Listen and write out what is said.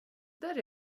där